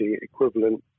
equivalent